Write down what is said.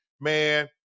man